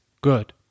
good